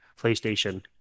PlayStation